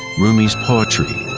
rumi's poetry,